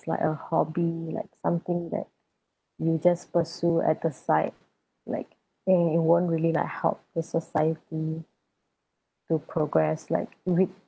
like a hobby like something that you just pursue at the side like it it won't really like help the society to progress like with